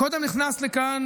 קודם נכנס לכאן